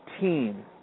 team